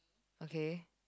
okay